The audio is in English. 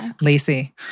Lacey